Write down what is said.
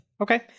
Okay